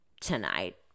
tonight